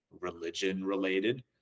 religion-related